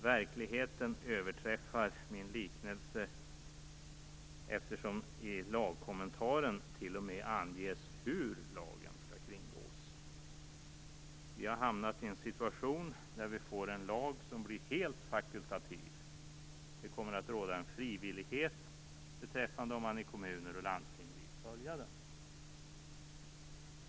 Verkligheten överträffar min liknelse. I lagkommentaren anges ju t.o.m. hur lagen skall kringgås. Vi har hamnat i en situation där vi får en lag som blir helt fakultativ. Det kommer att råda frivillighet för kommuner och landsting att följa lagen.